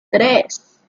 tres